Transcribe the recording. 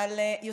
שנמצא,